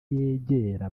yegera